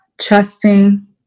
trusting